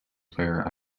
player